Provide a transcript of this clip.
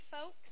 folks